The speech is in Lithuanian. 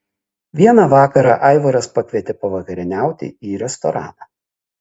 vieną vakarą aivaras pakvietė pavakarieniauti į restoraną